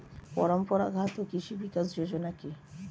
পরম্পরা ঘাত কৃষি বিকাশ যোজনা কি?